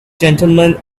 gentlemen